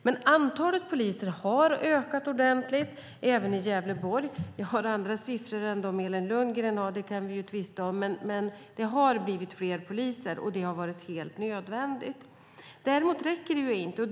Men antalet poliser har ökat ordentligt, även i Gävleborg. Jag har andra siffror än de siffror som Elin Lundgren redovisade, och vi kan tvista om dem. Men det har blivit fler poliser, och det har varit helt nödvändigt. Däremot räcker inte detta.